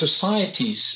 societies